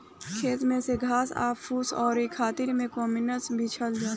खेत में से घास आ फूस ओरवावे खातिर भी केमिकल छिड़कल जाला